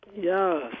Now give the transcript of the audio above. Yes